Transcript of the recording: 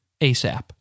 ASAP